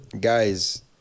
Guys